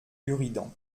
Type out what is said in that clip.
buridan